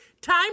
time